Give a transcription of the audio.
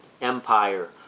Empire